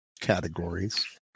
categories